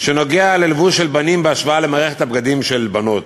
שנוגע ללבוש של בנים בהשוואה למערכת הבגדים של בנות.